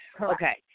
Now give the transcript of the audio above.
Okay